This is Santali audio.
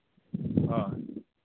ᱦᱳᱭ